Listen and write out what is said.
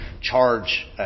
charge